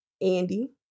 Andy